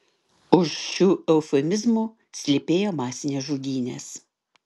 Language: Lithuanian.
už šių eufemizmų slypėjo masinės žudynės